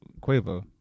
Quavo